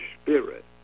spirit